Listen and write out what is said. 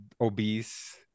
obese